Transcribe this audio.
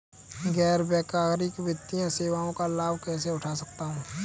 गैर बैंककारी वित्तीय सेवाओं का लाभ कैसे उठा सकता हूँ?